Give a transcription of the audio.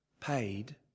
paid